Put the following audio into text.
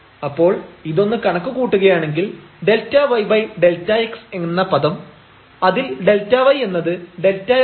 അപ്പോൾ ഇതൊന്ന് കണക്ക് കൂട്ടുകയാണെങ്കിൽ ΔyΔx എന്ന പദം അതിൽ Δy എന്നത് Δx23 ആണ്